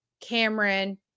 Cameron